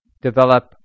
develop